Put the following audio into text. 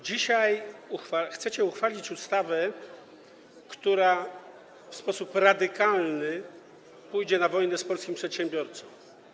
Dzisiaj chcecie uchwalić ustawę, która w sposób radykalny pójdzie na wojnę z polskim przedsiębiorcą.